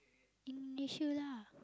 Indonesia lah